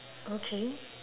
okay